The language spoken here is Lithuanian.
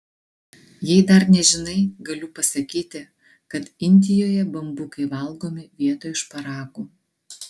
jei dar nežinai galiu pasakyti kad indijoje bambukai valgomi vietoj šparagų